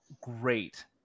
great